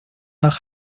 nach